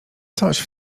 coś